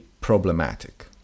problematic